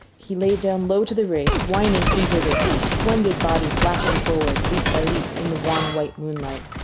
he lay down low to the race, whining eagerly, his splendid body flashing forward, leap by leap, in the wan white moonlight.